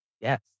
Yes